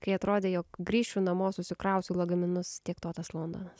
kai atrodė jog grįšiu namo susikrausiu lagaminus tiek to tas londonas